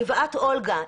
לגבעת אולגה,